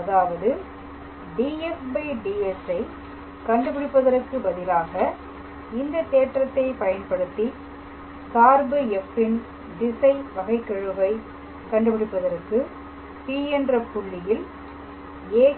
அதாவது dfds ஐ கண்டுபிடிப்பதற்கு பதிலாக இந்த தேற்றத்தை பயன்படுத்தி சார்பு f ன் திசை வகைக்கெழு வை கண்டுபிடிப்பதற்கு P என்ற புள்ளியில் a